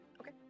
okay